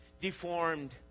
deformed